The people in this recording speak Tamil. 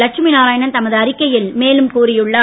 லட்சுமி நாராயணன் தமது அறிக்கையில் மேலும் கூறியுள்ளார்